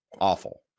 awful